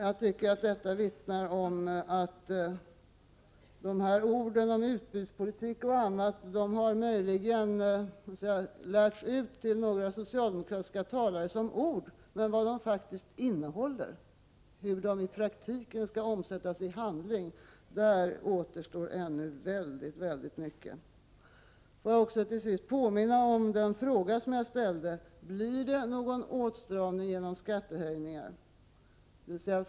Jag tycker att detta vittnar om att utbudspolitik och annat möjligen har lärts ut till några socialdemokratiska talare som ord, men i fråga om vad de orden innehåller, hur de i praktiken skall omsättas i handling, återstår ännu väldigt väldigt mycket. Låt mig till sist påminna om den fråga som jag ställde: Blir det någon åtstramning genom skattehöjningar?